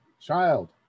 child